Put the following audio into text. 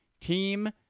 team